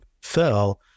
fell